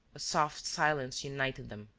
a soft silence united them,